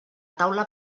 taula